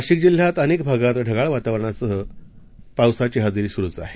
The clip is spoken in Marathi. नाशिक जिल्ह्यात अनेक भागात ढगाळ वातावरण आणि पावसाची हजेरी सुरूच आहे